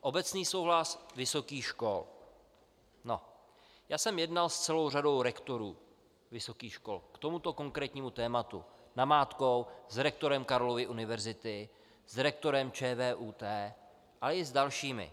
Obecný souhlas vysokých škol no, já jsem jednal s celou řadou rektorů vysokých škol k tomuto konkrétnímu tématu, namátkou s rektorem Karlovy univerzity, s rektorem ČVUT a i s dalšími.